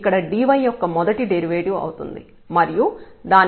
ఇక్కడ dy మొదటి derivative అవుతుంది మరియు దాని విలువ fdx అవుతుంది